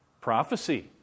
Prophecy